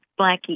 Blackie